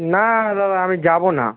না দাদা আমি যাবো না